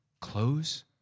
clothes